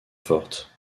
forte